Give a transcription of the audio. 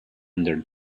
under